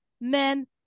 men